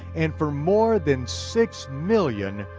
and for more than six million,